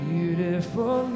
Beautiful